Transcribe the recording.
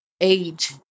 age